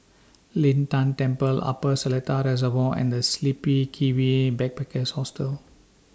Lin Tan Temple Upper Seletar Reservoir and The Sleepy Kiwi Backpackers Hostel